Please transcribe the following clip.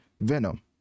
venom